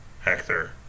Hector